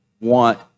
want